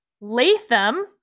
Latham